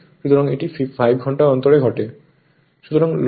সুতরাং এটি 5 ঘন্টা অন্তরে ঘটে